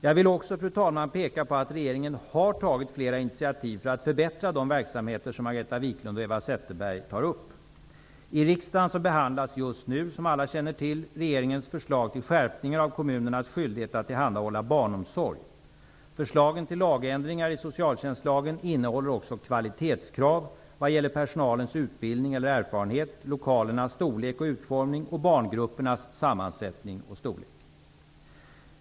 Jag vill också peka på att regeringen har tagit flera initiativ för att förbättra de verksamheter som riksdagen behandlas just nu, som alla känner till, regeringens förslag till skärpningar av kommunernas skyldighet att tillhandahålla barnomsorg. Förslagen till lagändringar i socialtjänstlagen innehåller också kvalitetskrav vad gäller personalens utbildning eller erfarenhet, lokalernas storlek och utformning och barngruppernas sammansättning och storlek.